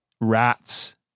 Rats